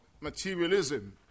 materialism